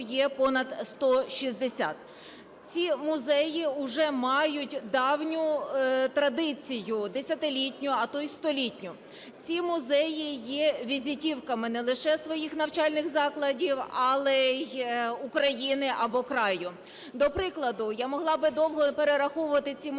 є понад 160. Ці музеї уже мають давню традицію, десятилітню, а то й столітню. Ці музеї є візитівками не лише своїх навчальних закладів, але й України або краю. До прикладу. Я могла би довго перераховувати ці музеї,